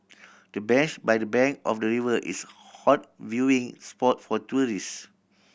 the bench by the bank of the river is hot viewing spot for tourist